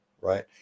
right